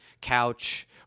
couch